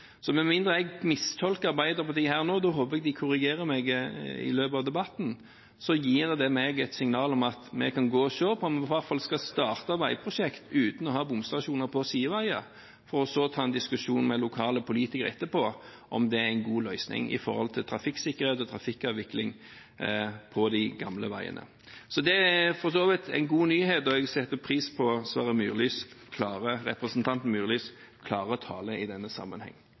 Så med mindre jeg mistolket Arbeiderpartiet her nå – da håper jeg de korrigerer meg i løpet av debatten – gir det meg et signal om at vi kan se på om vi i hvert fall skal starte veiprosjekter uten å ha bomstasjoner på sideveier, for så å ta en diskusjon med lokale politikere etterpå om det er en god løsning i forhold til trafikksikkerhet og trafikkavvikling på de gamle veiene. Så det er for så vidt en god nyhet, og jeg setter pris på representanten Myrlis klare tale i denne sammenheng.